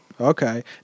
Okay